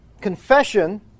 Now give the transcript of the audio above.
Confession